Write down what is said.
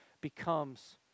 becomes